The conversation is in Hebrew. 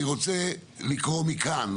אני רוצה לקרוא מכאן,